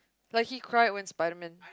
like he cried when Spiderman